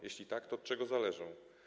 Jeśli tak, to od czego to zależy?